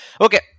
Okay